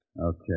Okay